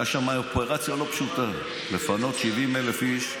הייתה שם אופרציה לא פשוטה, לפנות 70,000 איש.